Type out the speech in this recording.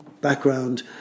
background